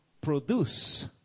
produce